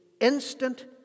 instant